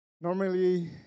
Normally